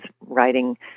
writing